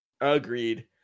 Agreed